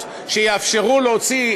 מזל, מזל ששר הביטחון לא כיהן